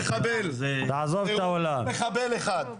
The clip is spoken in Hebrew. אתה מחבל, מחבל אחד.